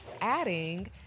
Adding